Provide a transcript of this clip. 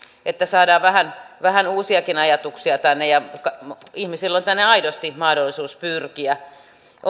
että saadaan vähän vähän uusiakin ajatuksia tänne ja että ihmisillä on tänne aidosti mahdollisuus pyrkiä